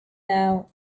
now